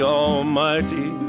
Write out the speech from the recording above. almighty